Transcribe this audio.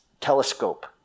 telescope